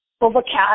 Overcast